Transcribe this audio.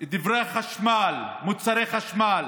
דברי חשמל, מוצרי חשמל,